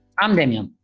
i'm demian,